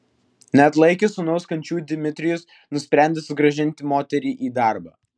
neatlaikęs sūnaus kančių dmitrijus nusprendė sugrąžinti moterį į darbą